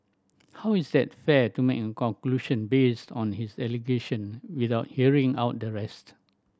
how is that fair to make a conclusion based on his allegation without hearing out the rest